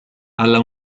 alla